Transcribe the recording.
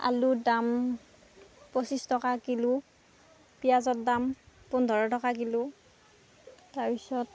আলুৰ দাম পঁচিছ টকা কিলো পিঁয়াজৰ দাম পোন্ধৰ টকা কিলো তাৰপিছত